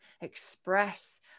express